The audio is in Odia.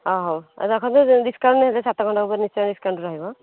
ହଁ ହଉ ରଖନ୍ତୁ ଡିସ୍କାଉଣ୍ଟ୍ ମିଳିଯିବ ସାତ ଖଣ୍ଡ ଉପରେ ନିଶ୍ଚୟ ଡିସ୍କାଉଣ୍ଟ୍ ରହିବ